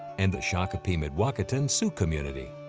and the shakopee mdewakanton sioux community.